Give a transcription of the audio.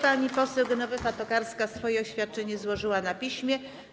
Pani poseł Genowefa Tokarska swoje oświadczenie złożyła na piśmie.